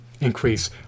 increase